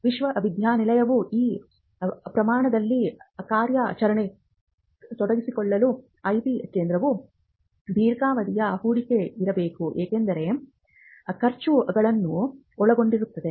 ವಿಶ್ವವಿದ್ಯಾನಿಲಯವು ಈ ಪ್ರಮಾಣದಲ್ಲಿ ಕಾರ್ಯಾಚರಣೆಯಲ್ಲಿ ತೊಡಗಿಸಿಕೊಳ್ಳಲು ಐಪಿ ಕೇಂದ್ರವು ದೀರ್ಘಾವಧಿಯ ಹೂಡಿಕೆಯಾಗಿರಬೇಕು ಏಕೆಂದರೆ ಖರ್ಚುಗಳನ್ನು ಒಳಗೊಂಡಿರುತ್ತದೆ